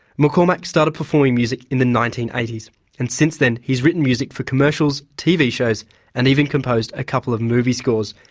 mccormack started performing music in the nineteen eighty s and since then he's written music for commercials, tv shows and even composed a couple of movie scores,